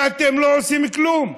ואתם לא עושים כלום,